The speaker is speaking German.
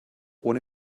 ohne